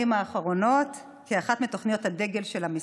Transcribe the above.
האחרונות כאחת מתוכניות הדגל של המשרד.